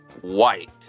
White